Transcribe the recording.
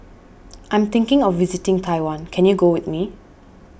I'm thinking of visiting Taiwan can you go with me